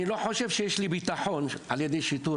אני לא חושב שיש לי בטחון על ידי שיטור